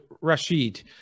Rashid